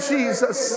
Jesus